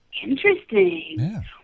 Interesting